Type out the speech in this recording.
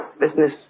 business